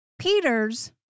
Peters